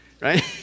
right